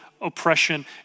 oppression